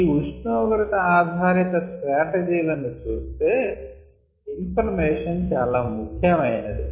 ఈ ఉష్ణోగ్రత ఆధారిత స్ట్రాటజీ లను చుస్తే ఇన్ఫర్మేషన్ చాలా ముఖ్యమయినది